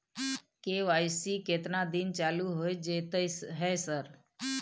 KYC केतना दिन चालू होय जेतै है सर?